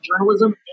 journalism